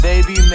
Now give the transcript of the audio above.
Baby